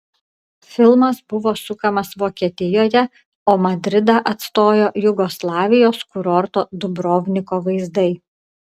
filmas buvo sukamas vokietijoje o madridą atstojo jugoslavijos kurorto dubrovniko vaizdai